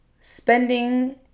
Spending